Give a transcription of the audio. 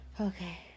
Okay